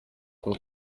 von